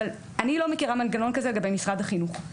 אבל אני לא מכירה מנגנון כזה לגבי משרד החינוך.